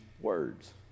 words